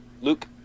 Luke